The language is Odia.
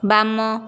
ବାମ